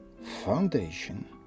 foundation